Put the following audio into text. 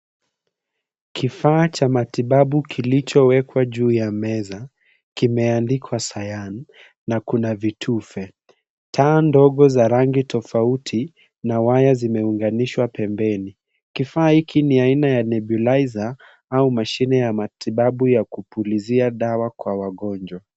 Kifaa cha matibabu kilichowekwa juu ya meza, kimeandikwa Scian na kuna vitufe. Taa ndogo za rangitofauti na waya zimeunganishwa pembeni. Kifaa hiki ni aina ya nebulizer au mashine ya matibabu ya kupulizia dawa kwa wagonjwa.